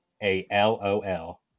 A-L-O-L